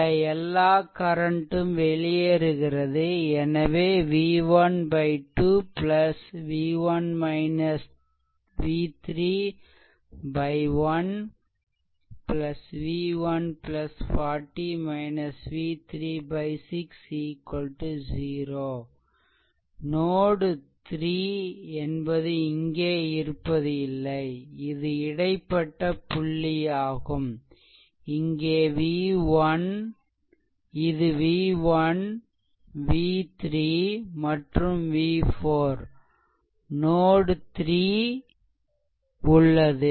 இந்த எல்லா கரண்ட் ம் வெளியேறுகிறது எனவே v1 2 1 v1 40 v3 6 0 நோட்3 என்பது இங்கே இருப்பது இல்லை இது இடைப்பட்ட புள்ளியாகும் இங்கே இது v1 v3 மற்றும் v4 3 நோட் உள்ளது